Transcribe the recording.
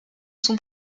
son